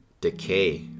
decay